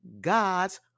gods